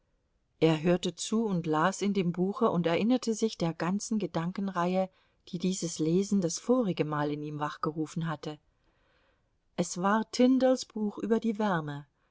er hörte zu und las in dem buche und erinnerte sich der ganzen gedankenreihe die dieses lesen das vorige mal in ihm wachgerufen hatte es war tyndalls buch über die wärme